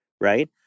Right